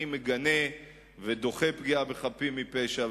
אני מגנה ודוחה פגיעה בחפים מפשע.